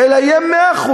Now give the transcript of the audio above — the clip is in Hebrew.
אלא יהיה 100%,